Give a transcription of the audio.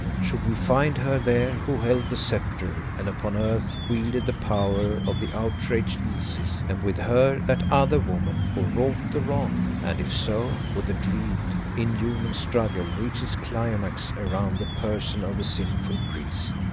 should we find her there who held the sceptre and upon earth wielded the power of the outraged isis, and with her, that other woman who wrought the wrong? and if so, would the dread, inhuman struggle reach its climax around the person of the sinful priest?